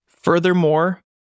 Furthermore